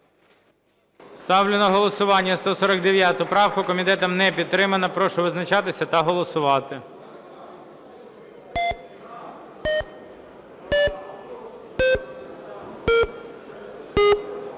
Ставлю на голосування 149 правку. Комітетом не підтримана. Прошу визначатися та голосувати.